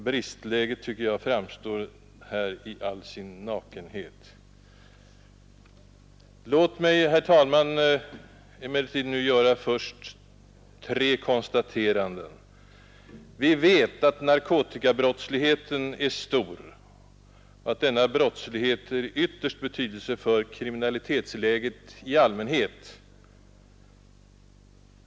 Bristläget, tycker jag, framstår här i all sin nakenhet. Låt mig nu, herr talman, först göra tre konstateranden. För det första vet vi att narkotikabrottsligheten är stor och att denna brottslighet är ytterst betydelsefull för kriminalitetsläget i allmänhet.